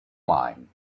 mine